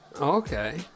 okay